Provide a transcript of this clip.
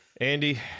Andy